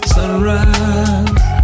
Sunrise